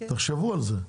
תחשבו על זה.